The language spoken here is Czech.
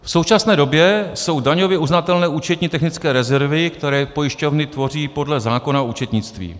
V současné době jsou daňově uznatelné účetní technické rezervy, které pojišťovny tvoří podle zákona o účetnictví.